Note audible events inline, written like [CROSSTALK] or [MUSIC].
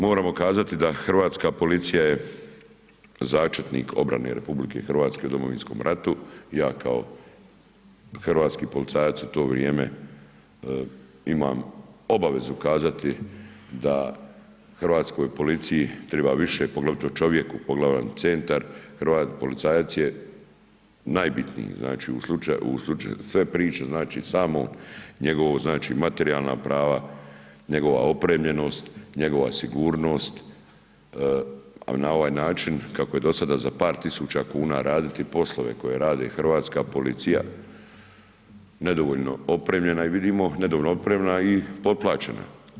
Moramo kazati da Hrvatska policija je začetnik obrane RH u Domovinskom ratu, ja kao hrvatski policajac u to vrijeme imam obavezu kazati da Hrvatskoj policiji treba više, poglavito čovjeku, ... [UNINTELLIGIBLE] policajac je najbitniji, znači u slučaju, sve priče znači samo njegovo znači materijalna prava, njegova opremljenosti, njegova sigurnost, a na ovaj način kako je do sada za par tisuća kuna raditi poslove koje rade Hrvatska policija, nedovoljno opremljena i vidimo nedovoljno opremljena i potplaćena.